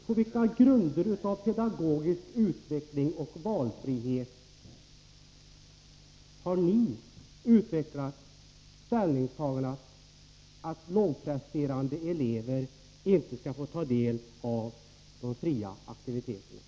På vilka grunder av pedagogisk utveckling och valfrihet har ni utvecklat ställningstagandena att lågpresterande elever inte skall få ta del av de fria aktiviteterna?